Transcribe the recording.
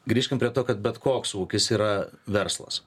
grįžkim prie to kad bet koks ūkis yra verslas